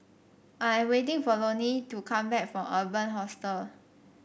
I am waiting for Lonie to come back from Urban Hostel